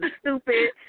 stupid